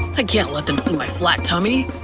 i can't let them see my flat tummy.